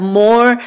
more